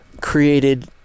created